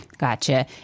Gotcha